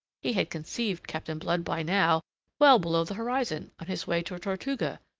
he had conceived captain blood by now well below the horizon, on his way to tortuga,